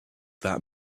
that